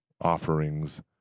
offerings